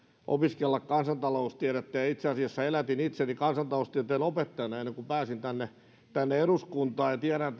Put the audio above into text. opiskella kansantaloustiedettä ja ja itse asiassa elätin itseni kansantaloustieteen opettajana ennen kuin pääsin tänne tänne eduskuntaan ja tiedän